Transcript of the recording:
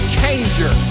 changer